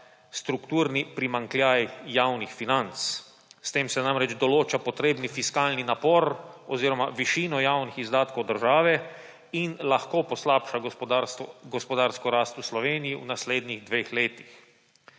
strukturni primanjkljaj javnih financ. S tem se namreč določa potrebni fiskalni napor oziroma višino javnih izdatkov države in lahko poslabša gospodarsko rast v Sloveniji v naslednjih dveh letih.